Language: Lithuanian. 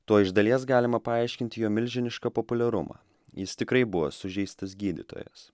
tuo iš dalies galima paaiškinti jo milžinišką populiarumą jis tikrai buvo sužeistas gydytojas